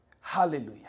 Hallelujah